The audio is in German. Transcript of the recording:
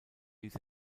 ließ